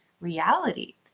reality